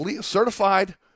certified